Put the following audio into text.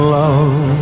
love